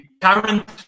current